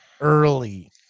early